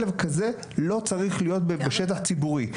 כלב כזה לא צריך להיות בשטח ציבורי.